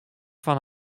fan